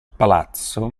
palazzo